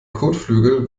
kotflügel